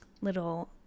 little